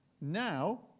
now